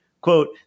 Quote